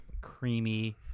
creamy